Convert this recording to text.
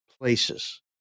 places